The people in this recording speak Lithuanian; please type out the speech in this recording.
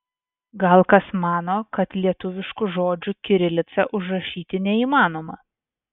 gal kas mano kad lietuviškų žodžių kirilica užrašyti neįmanoma